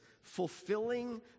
fulfilling